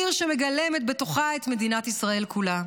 עיר שמגלמת בתוכה את מדינת ישראל כולה.